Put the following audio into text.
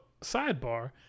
sidebar